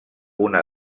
una